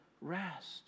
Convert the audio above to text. rest